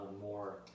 more